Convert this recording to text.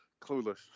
clueless